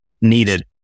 Needed